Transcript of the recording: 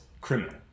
criminal